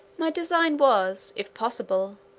my design was, if possible,